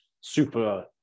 super